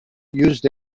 use